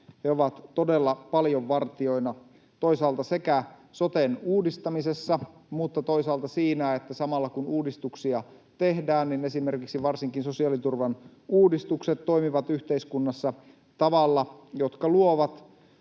He ovat todella paljon vartijoina sekä soten uudistamisessa että toisaalta siinä, että samalla, kun uudistuksia tehdään, varsinkin esimerkiksi sosiaaliturvan uudistukset toimivat yhteiskunnassa tavalla, joka luo